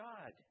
God